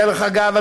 דרך אגב,